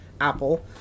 Apple